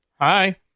Hi